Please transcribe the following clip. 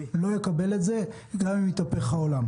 אני לא אקבל את זה, גם אם יתהפך העולם.